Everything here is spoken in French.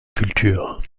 culture